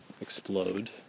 explode